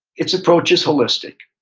its approach is wholistic.